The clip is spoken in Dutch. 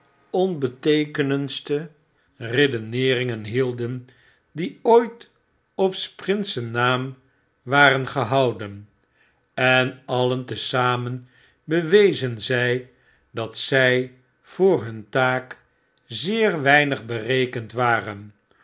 onbeteekenendste redeneeringen hielden die ooit op s prinsen naam waren gehouden en alien te zamen bewezen zij dat zy voor hun taak zeer weinig berekend waren